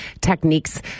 techniques